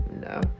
No